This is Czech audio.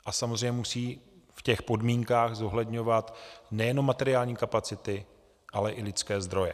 A samozřejmě musí v těch podmínkách zohledňovat nejenom materiální kapacity, ale i lidské zdroje.